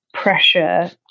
pressure